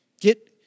Get